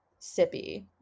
sippy